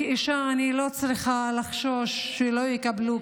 כאישה אני לא צריכה לחשוש שלא יקבלו,